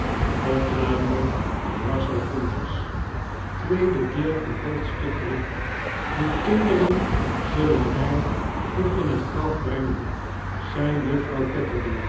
die kinderen zullen mij nog in het graf brengen zei juffrouw